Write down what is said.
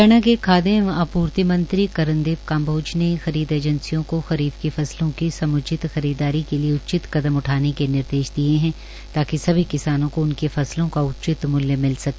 हरियाणा के खादय एवं आपूर्ति मंत्री श्री कर्णदेव कांबोज ने एजैंसियों को खरीफ की फसलों की सम्चित खरीदारी के लिए उचित कदम उठाने के निर्देश दिये ताकि सभी किसानों को उनकी फसलों का उचित मूल्य मिल सके